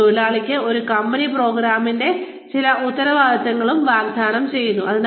ഇത് തൊഴിലാളിക്ക് ഒരു കമ്പനി പ്രോഗ്രാമിന്റെ ചില ഉത്തരവാദിത്തങ്ങളും വാഗ്ദാനം ചെയ്യുന്നു